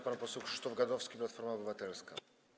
Pan poseł Krzysztof Gadowski, Platforma Obywatelska.